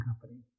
company